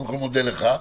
לך,